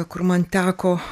kur man teko